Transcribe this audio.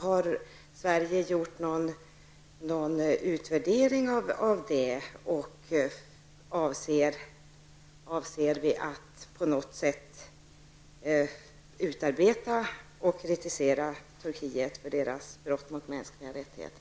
Har Sverige gjort någon utvärdering och avser Sverige att på något sätt kritisera Turkiet för brotten mot mänskliga rättigheter?